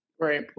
right